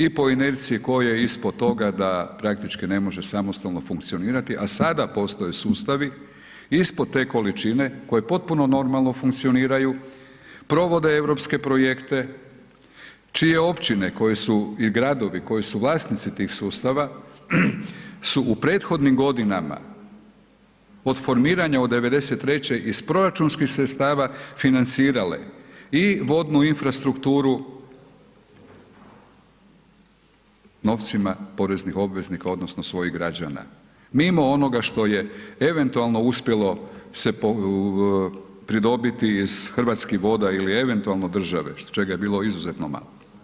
I po inerciji koja je ispod toga da praktički ne može samostalno funkcionirati, a sada postoje sustavi ispod te količine koje potpuno normalno funkcioniraju, provode europske projekte čije općine i gradovi koji su vlasnici tih sustava su u prethodnim godinama od formiranja od 93. iz proračunskih sredstava financirale i vodnu infrastrukturu novcima poreznih obveznika odnosno svojih građana mimo onoga što je eventualno uspjelo se pridobiti iz Hrvatskih voda ili eventualno države čega je bilo izuzetno malo.